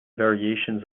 variations